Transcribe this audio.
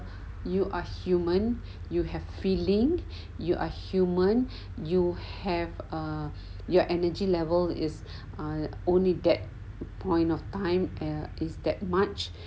you are human you have feeling you are human you have err your energy level is our only that point of time eh is that much